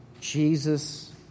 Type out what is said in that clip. Jesus